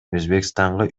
өзбекстанга